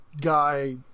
guy